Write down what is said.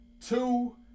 Two